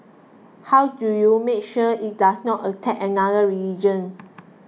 how do you make sure it does not attack another religion